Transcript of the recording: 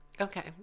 Okay